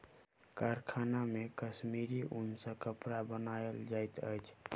कारखाना मे कश्मीरी ऊन सॅ कपड़ा बनायल जाइत अछि